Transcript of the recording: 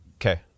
Okay